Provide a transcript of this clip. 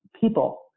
people